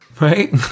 Right